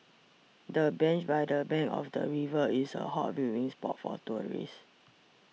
the bench by the bank of the river is a hot viewing spot for tourists